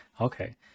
Okay